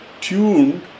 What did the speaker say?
tuned